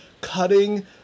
cutting